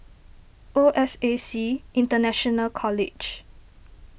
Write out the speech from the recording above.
O S A C International College